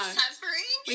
suffering